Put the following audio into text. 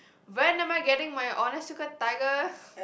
when am I getting my Onitsuka-Tiger